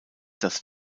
das